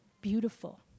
beautiful